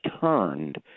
turned